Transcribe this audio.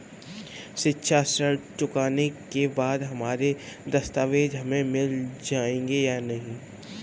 शिक्षा ऋण चुकाने के बाद हमारे दस्तावेज हमें मिल जाएंगे या नहीं?